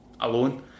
alone